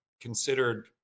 considered